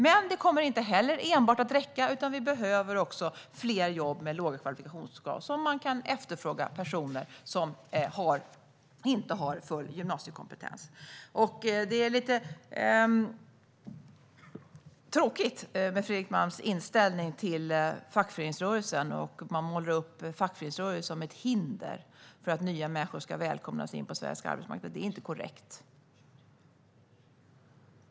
Men enbart detta kommer inte att räcka, utan vi behöver också fler jobb där det är låga kvalifikationskrav, så att man kan efterfråga personer som inte har full gymnasiekompetens. Det är lite tråkigt med Fredrik Malms inställning till fackföreningsrörelsen. Fackföreningsrörelsen målas upp som ett hinder för att nya människor ska välkomnas in på svensk arbetsmarknad. Det är inte korrekt.